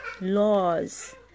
laws